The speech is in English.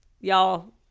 y'all